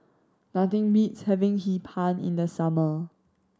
nothing beats having Hee Pan in the summer